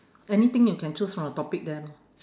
anything you can choose from the topic there lor